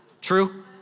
True